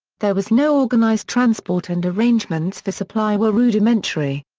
there was no organised transport and arrangements for supply were rudimentary.